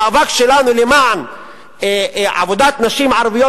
המאבק שלנו למען עבודת נשים ערביות.